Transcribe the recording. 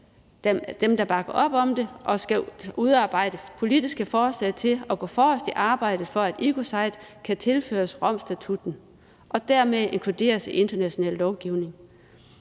stater« der skal udarbejde politiske forslag til og gå forrest i arbejdet for, at ecocide kan tilføjes Romstatutten og dermed inkluderes i international lovgivning.